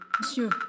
Monsieur